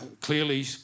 clearly